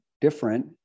different